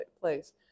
place